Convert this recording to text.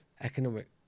economic